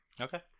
Okay